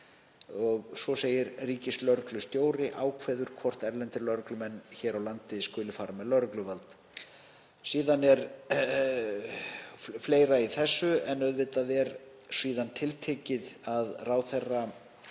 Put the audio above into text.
Síðan segir: „Ríkislögreglustjóri ákveður hvort erlendir lögreglumenn hér á landi skuli fara með lögregluvald.“ Það er fleira í þessu en auðvitað er tiltekið að ráðherra